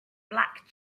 black